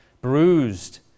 bruised